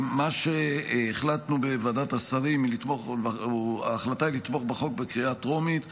מה שהחלטנו בוועדת השרים הוא לתמוך בחוק בקריאה הטרומית.